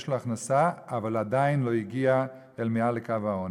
לו הכנסה אבל עדיין לא הגיע אל מעל לקו העוני.